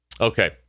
Okay